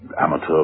amateur